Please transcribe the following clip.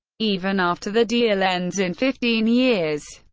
even after the deal ends in fifteen years.